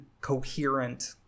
coherent